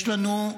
יש לנו,